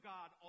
God